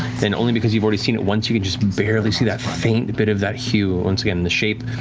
and only because you've already seen it once, you can just barely see that faint bit of that hue. once again, the shape,